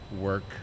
work